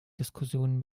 diskussionen